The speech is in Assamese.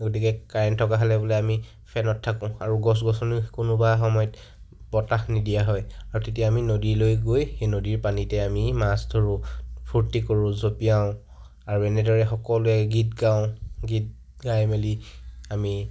গতিকে কাৰেণ্ট থকা হ'লে বোলে আমি ফেনত থাকো আৰু গছ গছনি কোনোবা সময়ত বতাহ নিদিয়া হয় আৰু তেতিয়া আমি নদীলৈ গৈ সেই নদীৰ পানীতে আমি মাছ ধৰোঁ ফূৰ্তি কৰোঁ জঁপিয়াওঁ আৰু এনেদৰে সকলোৱে গীত গাওঁ গীত গাই মেলি আমি